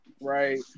right